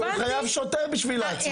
הוא חייב שוטר בשביל לעצור.